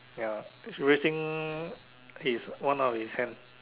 ya he is raising his one of his hands